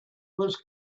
was